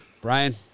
Brian